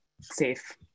safe